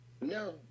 No